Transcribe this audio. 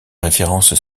références